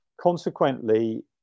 Consequently